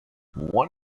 one